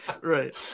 right